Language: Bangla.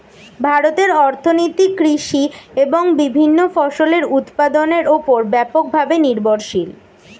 ভারতের অর্থনীতি কৃষি এবং বিভিন্ন ফসলের উৎপাদনের উপর ব্যাপকভাবে নির্ভরশীল